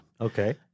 Okay